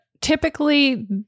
typically